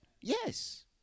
Yes